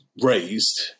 raised